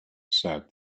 said